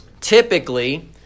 typically